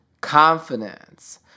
confidence